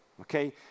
okay